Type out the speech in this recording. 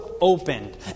opened